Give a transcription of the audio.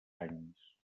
anys